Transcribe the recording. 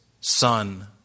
Son